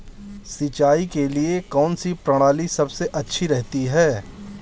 सिंचाई के लिए कौनसी प्रणाली सबसे अच्छी रहती है?